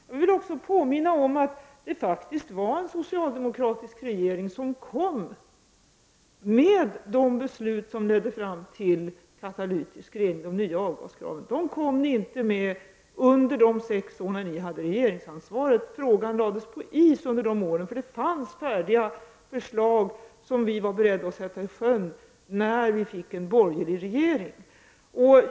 Jag vill även påminna om att det faktiskt var en socialdemokratisk regering som kom med de beslut som ledde fram till katalytisk rening, de nya avgaskraven. De besluten kom ni inte med under de sex år när ni hade regeringsansvaret. Frågan lades på is under de åren. Det fanns färdiga förslag som vi var beredda att sätta i sjön, när vi fick en borgerlig regering.